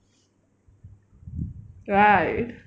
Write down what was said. right